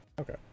Okay